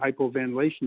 hypoventilation